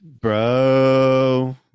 Bro